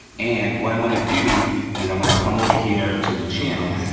and what i'm gonna do is i'm gonna come over here to the channel,